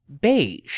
Beige